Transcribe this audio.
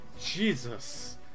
Jesus